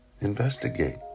Investigate